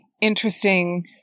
interesting